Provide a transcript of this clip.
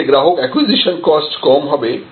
এতে গ্রাহক acquisition cost কম হবে